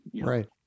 Right